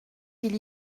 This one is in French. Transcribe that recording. ils